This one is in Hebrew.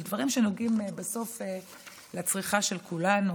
על דברים שנוגעים בסוף לצריכה של כולנו,